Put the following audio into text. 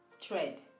Tread